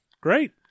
Great